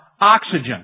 oxygen